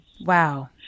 Wow